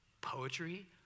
poetry